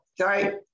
Sorry